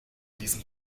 diesem